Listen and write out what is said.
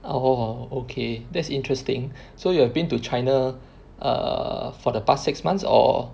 orh okay that's interesting so you have been to China err for the past six months or